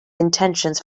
intentions